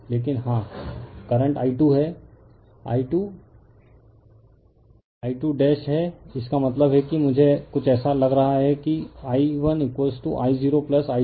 लेकिन हाँ current I2' है इसका मतलब है कि मुझे कुछ ऐसा लग रहा है कि I1I0I2